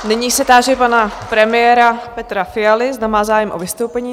Nyní se táži pana premiéra Petra Fialy, zda má zájem o vystoupení?